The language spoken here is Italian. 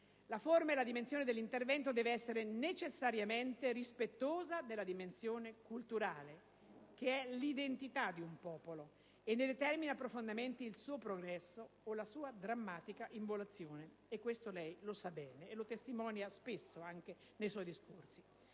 la forma e la dimensione dell'intervento devono essere necessariamente rispettose della dimensione culturale, che è l'identità di un popolo e ne determina profondamente il suo progresso o la sua drammatica involuzione: e questo, signor Ministro, lei lo sa bene e lo testimonia spesso anche nei suoi discorsi.